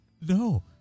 No